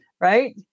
Right